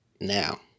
now